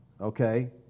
Okay